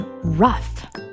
rough